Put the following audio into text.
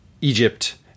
Egypt